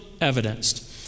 evidenced